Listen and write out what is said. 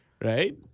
Right